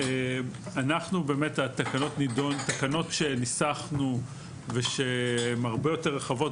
תקנות שניסחנו ושהן הרבה יותר רחבות,